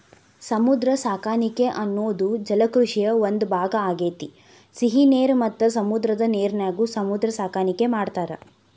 ಸಮುದ್ರ ಸಾಕಾಣಿಕೆ ಅನ್ನೋದು ಜಲಕೃಷಿಯ ಒಂದ್ ಭಾಗ ಆಗೇತಿ, ಸಿಹಿ ನೇರ ಮತ್ತ ಸಮುದ್ರದ ನೇರಿನ್ಯಾಗು ಸಮುದ್ರ ಸಾಕಾಣಿಕೆ ಮಾಡ್ತಾರ